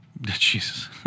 jesus